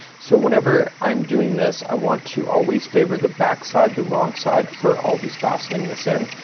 so whenever i'm doing this i want to always favor the back side the wrong side for always fastening this in.